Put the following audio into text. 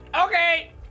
Okay